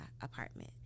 apartment